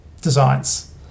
Designs